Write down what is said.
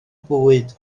bwyd